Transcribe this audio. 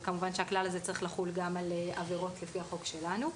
כמובן שהכלל הזה צריך לחול גם על עבירות לפי החוק שלנו.